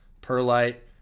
perlite